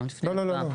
לא, לא, לא.